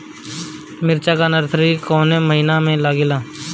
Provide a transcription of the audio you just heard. मिरचा का नर्सरी कौने महीना में लागिला?